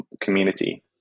community